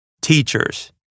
teachers